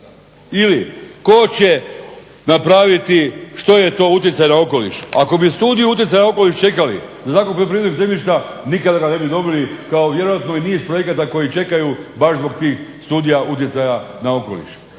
Ili tko će napraviti što je to utjecaj na okoliš. Ako bi studiju utjecaja okoliš čekali da zakupi poljoprivredno zemljište nikada ga ne bi dobili kao vjerojatno i niz projekata koji čekaju baš zbog tih studija utjecaja na okoliš.